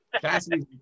Cassidy